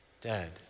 dead